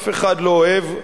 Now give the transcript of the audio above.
אף אחד לא אוהב,